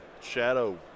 shadow